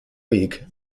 week